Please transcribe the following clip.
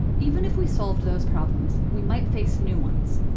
even if we solved those problems, we might face new ones.